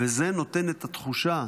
וזה נותן את התחושה,